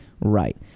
right